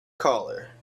collar